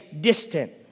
distant